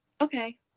okay